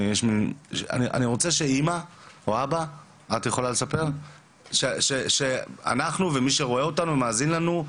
אני רוצה שאמא או אבא יספרו כדי שאנחנו ומי שמאזין לנו,